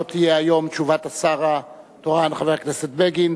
לא תהיה היום תשובת השר התורן חבר הכנסת בגין,